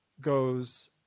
goes